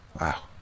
Wow